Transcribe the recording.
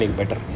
better